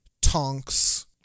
Tonks